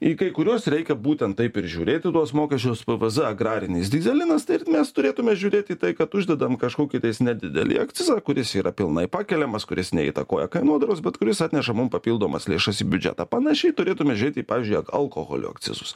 į kai kuriuos reikia būtent taip ir žiūrėt į tuos mokesčius pvz agrarinis dyzelinas ir mes turėtume žiūrėti į tai kad uždedam kažkokį nedidelį akcizą kuris yra pilnai pakeliamas kuris neįtakoja kainodaros bet kuris atneša mums papildomas lėšas į biudžetą panašiai turėtume žiūrėti į pavyzdžiui į alkoholio akcizus